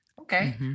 Okay